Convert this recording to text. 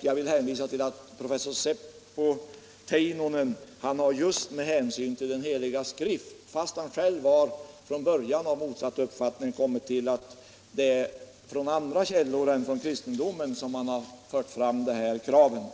Jag vill också hänvisa till att professor Seppo Teinonen, som själv från början hade motsatt uppfattning, just med hänsyn till den Heliga skrift har funnit att det är ur andra källor än kristendomen man har hämtat inspirationen till de här kraven.